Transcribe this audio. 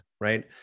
Right